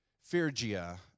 Phrygia